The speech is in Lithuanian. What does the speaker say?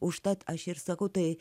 užtat aš ir sakau tai